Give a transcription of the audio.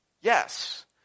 Yes